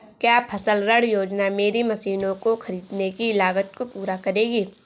क्या फसल ऋण योजना मेरी मशीनों को ख़रीदने की लागत को पूरा करेगी?